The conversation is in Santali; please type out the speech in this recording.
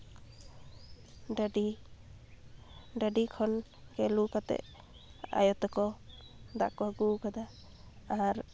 ᱰᱟᱹᱰᱤ ᱰᱟᱹᱰᱤ ᱠᱷᱚᱱ ᱜᱮ ᱞᱩ ᱠᱟᱛᱮ ᱟᱭᱚᱛᱟᱠᱚ ᱫᱟᱜ ᱠᱚ ᱟᱹᱜᱩᱣᱟᱠᱟᱫᱟ ᱟᱨ